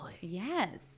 yes